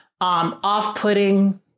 off-putting